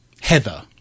Heather